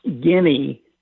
Guinea